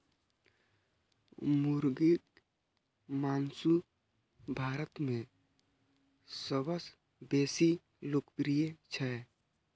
मुर्गीक मासु भारत मे सबसं बेसी लोकप्रिय छै